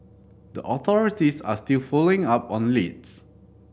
the authorities are still following up on leads